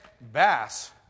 bass